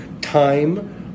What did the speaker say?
time